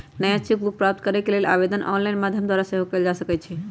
नया cheque book प्राप्त करेके लेल आवेदन ऑनलाइन माध्यम द्वारा सेहो कएल जा सकइ छै